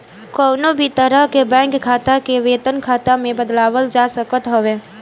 कवनो भी तरह के बैंक खाता के वेतन खाता में बदलवावल जा सकत हवे